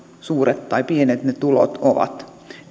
suuret tai pienet ne tulot ovat